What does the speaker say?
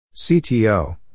CTO